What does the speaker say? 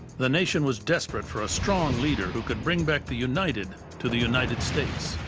the nation was desperate for a strong leader who could bring back the united to the united states.